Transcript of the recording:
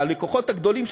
הלקוחות הגדולים,